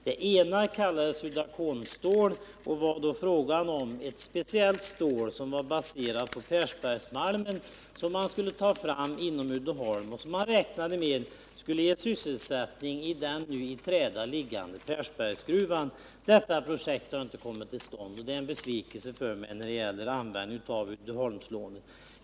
Det ena kallades Uddaconstål, ett speciellt stål baserat på Persbergsmalmen, som man skulle ta fram inom Uddeholm och som man räknade med skulle ge sysselsättning i den nu i träda liggande Persbergsgruvan. Detta projekt har inte kommit till stånd, vilket är en besvikelse för mig när det gäller användningen av Uddeholmslånet.